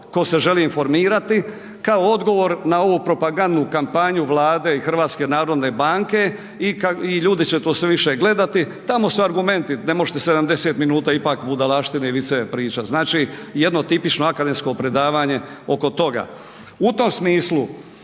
ko se želi informirati, kao odgovor na ovu propagandnu kampanju Vlade i HNB-a i ljudi će to sve više gledati, tamo su argumenti, ne možete 70 minuta ipak budalaštine i viceve pričat, znači jedno tipično akademsko predavanje oko toga. U tom smislu